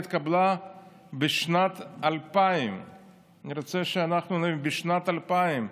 התקבלה בשנת 2000. אני רוצה שאנחנו נדע: בשנת 2000,